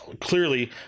clearly